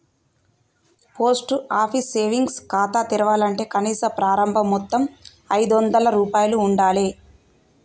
post office savings ఖాతా తెరవాలంటే కనీస ప్రారంభ మొత్తం ఐదొందల రూపాయలు ఉండాలె